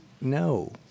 No